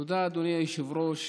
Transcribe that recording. תודה, אדוני היושב-ראש.